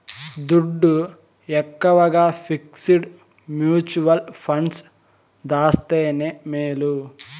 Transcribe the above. దుడ్డు ఎక్కవగా fixed mutual funds దాస్తేనే మేలు